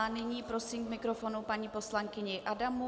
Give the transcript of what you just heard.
Nyní prosím k mikrofonu paní poslankyni Adamovou.